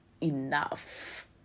enough